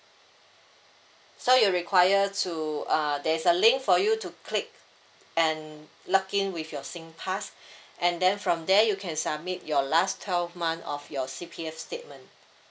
so you require to uh there's a link for you to click and login with your singpass and then from there you can submit your last twelve month of your C_P_F statement